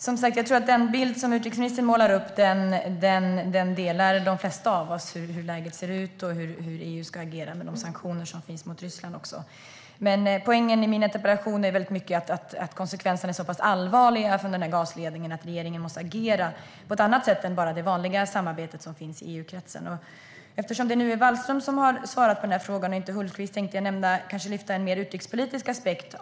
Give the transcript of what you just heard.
Herr talman! Jag tror som sagt att de flesta av oss delar den bild som utrikesministern målar upp av läget och av hur EU ska agera med de sanktioner som finns mot Ryssland. Poängen i min interpellation är dock att konsekvenserna av den här gasledningen är så pass allvarliga att regeringen måste agera på ett annat sätt än genom det vanliga samarbetet i EU-kretsen. Eftersom det nu är Wallström som svarar på frågan och inte Hultqvist tänker jag lyfta upp en mer utrikespolitisk aspekt.